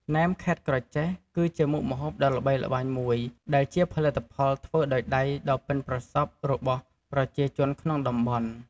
ណែមខេត្តក្រចេះ គឺជាមុខម្ហូបដ៏ល្បីល្បាញមួយ ដែលជាផលិតផលធ្វើដោយដៃដ៏ប៉ិនប្រសប់របស់ប្រជាជនក្នុងតំបន់។